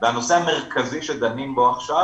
והנושא המרכזי שדנים בו עכשיו